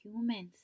humans